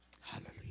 Hallelujah